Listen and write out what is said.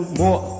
more